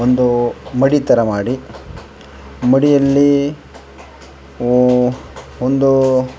ಒಂದು ಮಡಿ ಥರ ಮಾಡಿ ಮಡಿಯಲ್ಲೀ ಒಂದು